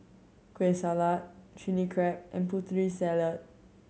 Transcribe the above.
Kueh Salat Chili Crab and Putri Salad